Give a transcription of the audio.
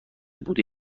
بوده